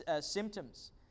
symptoms